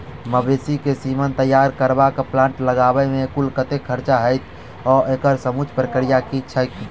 मवेसी केँ सीमन तैयार करबाक प्लांट लगाबै मे कुल कतेक खर्चा हएत आ एकड़ समूचा प्रक्रिया की छैक?